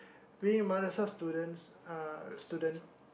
we Madrasah students uh students